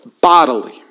Bodily